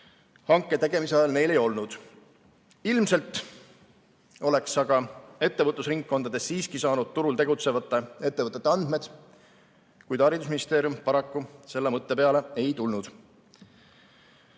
hanke tegemise ajal neil ei olnud. Ilmselt oleks aga ettevõtlusringkondadest siiski saanud turul tegutsevate ettevõtete andmed, kuid haridusministeerium paraku selle mõtte peale ei tulnud. Kolmas